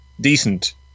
decent